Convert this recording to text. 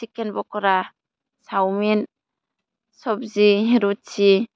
chicken pakora सावमिन सबजि रुथि